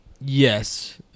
yes